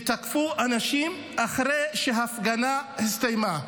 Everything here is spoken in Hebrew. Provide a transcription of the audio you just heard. ותקפו אנשים אחרי שההפגנה הסתיימה.